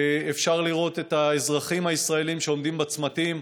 ואפשר לראות את האזרחים הישראלים שעומדים בצמתים,